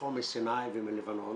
הוברחו מסיני ומלבנון